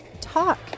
talk